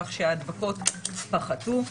כך שההדבקות פחתו,